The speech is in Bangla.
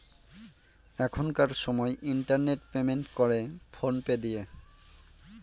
এখনকার সময় ইন্টারনেট পেমেন্ট করে ফোন পে দিয়ে